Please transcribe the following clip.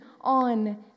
on